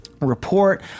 report